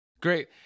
Great